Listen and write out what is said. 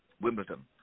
Wimbledon